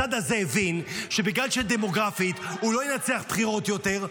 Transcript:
הצד הזה הבין שבגלל שדמוגרפית הוא לא ינצח בבחירות יותר,